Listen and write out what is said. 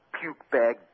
puke-bag